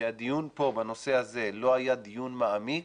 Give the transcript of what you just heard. שהדיון פה בנושא הזה לא היה דיון מעמיק,